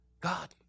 God